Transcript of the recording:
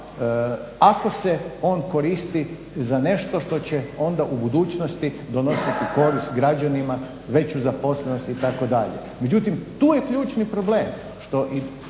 ako se on koristi za nešto što će onda u budućnosti donositi korist građanima, veću zaposlenost, itd. Međutim, tu je ključni problem